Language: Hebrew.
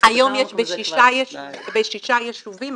היום זה בשישה יישובים.